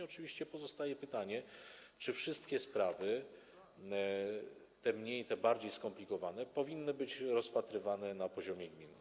Oczywiście pozostaje pytanie, czy wszystkie sprawy, te mniej i te bardziej skomplikowane, powinny być rozpatrywane na poziomie gminy.